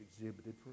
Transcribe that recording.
exhibited